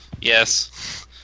Yes